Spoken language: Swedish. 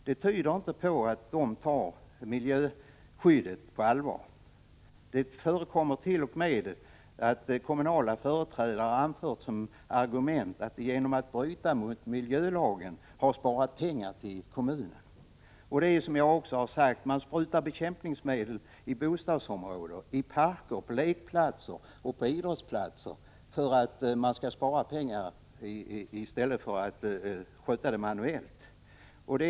Det tyder inte på att de tar miljöskyddet på allvar. Det förekommer t.o.m. att kommunala företrädare anfört som argument att de genom att bryta mot miljöskyddslagen har sparat pengar åt kommunen. Som jag har sagt tidigare sprutar man bekämpningsmedel i bostadsområden, i parker, på lekplatser och på idrottsplatser för att spara pengar i stället för att sköta ogräsbekämpningen manuellt.